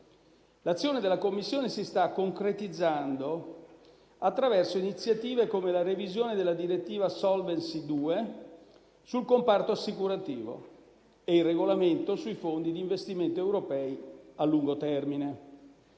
L'azione della Commissione si sta concretizzando attraverso iniziative come la revisione della direttiva Solvency 2 sul comparto assicurativo e il regolamento sui fondi di investimento europei a lungo termine.